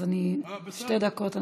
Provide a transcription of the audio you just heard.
אז שתי דקות,